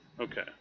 Okay